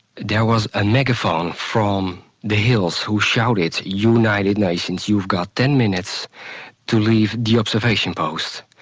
there was a megaphone from the hills who shouted, united nations, you've got ten minutes to leave the observation post.